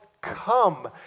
come